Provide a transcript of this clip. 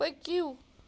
پٔکِو